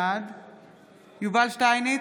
בעד יובל שטייניץ,